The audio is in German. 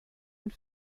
und